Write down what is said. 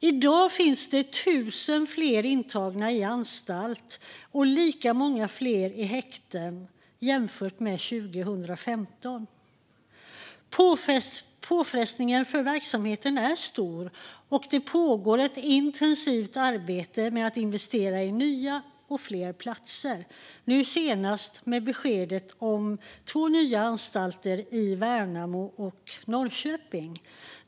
I dag finns det 1 000 fler intagna i anstalt och lika många fler i häkte jämfört med 2015. Påfrestningen för verksamheten är stor, och det pågår ett intensivt arbete med att investera i nya och fler platser, nu senast med beskedet om två nya anstalter i Värnamo och Norrköping.